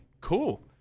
cool